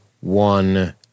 one